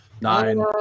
Nine